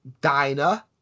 diner